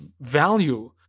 value